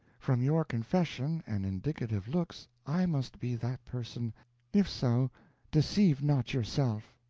from your confession and indicative looks, i must be that person if so deceive not yourself.